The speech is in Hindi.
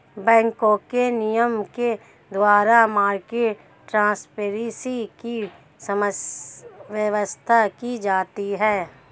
बैंकों के नियम के द्वारा मार्केट ट्रांसपेरेंसी की व्यवस्था की जाती है